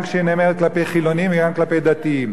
כשהיא נאמרת כלפי חילונים וגם כלפי דתיים.